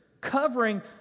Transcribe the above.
covering